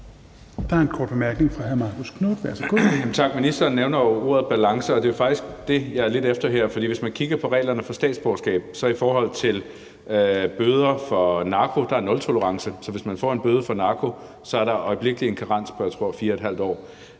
Der er en kort bemærkning. Hr. Marcus Knuth.